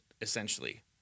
essentially